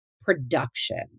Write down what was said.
production